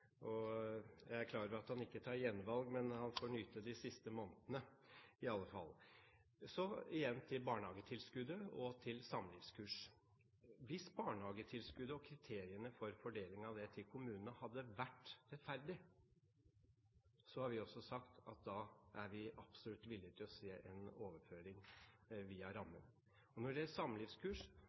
heldig! Jeg er klar over at han ikke tar gjenvalg. Men han får nyte de siste månedene, i alle fall! Så igjen til barnehagetilskuddet og til samlivskurs: Hvis barnehagetilskuddet og kriteriene for fordelingen av det til kommunene hadde vært rettferdig, hadde også vi sagt at da er vi absolutt villig til å se på en overføring via rammen. Når det gjelder samlivskurs,